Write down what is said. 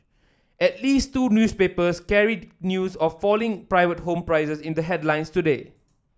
at least two newspapers carried news of falling private home prices in their headlines today